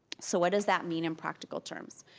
so what does that mean in practical terms?